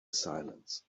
silence